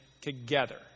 together